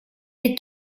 est